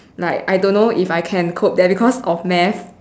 like I don't know if I can cope there because of math